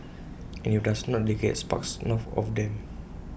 and if IT does not they get sparks knocked off them